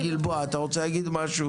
לגבי מודעות הרשויות.